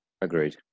Agreed